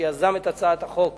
שיזם את הצעת החוק